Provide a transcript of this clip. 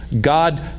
God